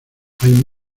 hay